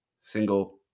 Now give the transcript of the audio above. single